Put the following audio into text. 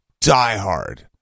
diehard